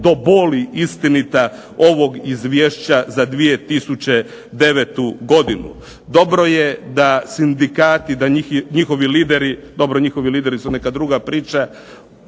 do boli istinita ovog Izvješća za 2009. godinu. Dobro je da sindikati, da njihovi lideri, dobro njihovi lideri su neka druga priča